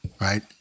right